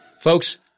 Folks